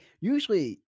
usually